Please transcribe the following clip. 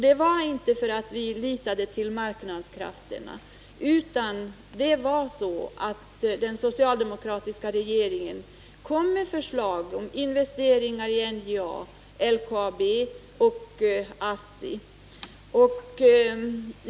Det var inte för att vi litade till marknadskrafterna, utan det var på grund av att den socialdemokratiska regeringen kom med förslag till investeringar i NJA, LKAB och ASSI osv.